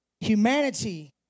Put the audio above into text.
Humanity